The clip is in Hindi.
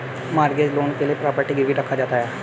मॉर्गेज लोन के लिए प्रॉपर्टी गिरवी रखा जाता है